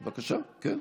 בבקשה, כן.